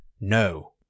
no